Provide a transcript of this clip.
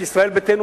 וישראל ביתנו,